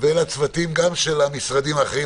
תודה גם לצוותים של המשרדים האחרים.